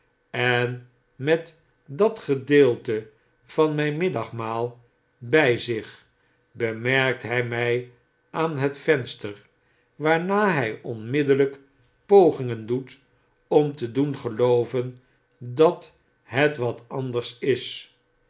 en met dat gedeelte van myn middagmaal by zich bemerkt hy my aan het venster waarna hy onmiddellijk pogingen doet om te doen gelooven dat het wat anders is